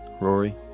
Rory